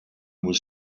was